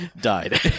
died